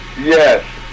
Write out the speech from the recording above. yes